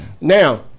Now